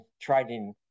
trading